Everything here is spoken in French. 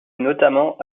notamment